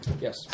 Yes